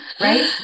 right